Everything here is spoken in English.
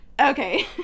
Okay